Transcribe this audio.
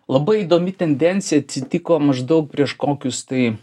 labai įdomi tendencija atsitiko maždaug prieš kokius tai